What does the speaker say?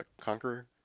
Conqueror